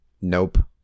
Nope